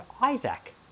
Isaac